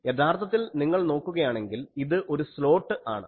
യഥാർത്ഥത്തിൽ നിങ്ങൾ നോക്കുകയാണെങ്കിൽ ഇത് ഒരു സ്ലോട്ട് ആണ്